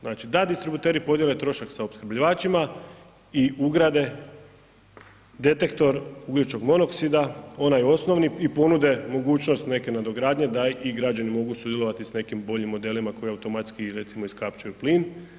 Znači da distributeri podjele trošak sa opskrbljivačima i ugrade detektor ugljičnog monoksida onaj osnovni i ponude mogućnost neke nadogradnje da i građani mogu sudjelovati s nekim bojim modelima koji automatski recimo iskapčaju plin.